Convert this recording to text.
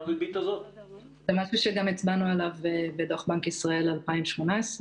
זה משהו שגם הצבענו עליו בדוח בנק ישראל 2018,